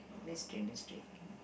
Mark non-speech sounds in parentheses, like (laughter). mystery mystery (noise)